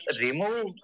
remove